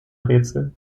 rätsel